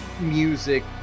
music